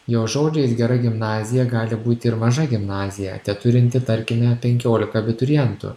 jos žodžiais gera gimnazija gali būti ir maža gimnazija teturinti tarkime penkiolika abiturientų